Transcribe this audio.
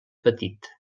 petit